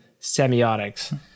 semiotics